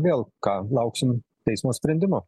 vėl ką lauksim teismo sprendimo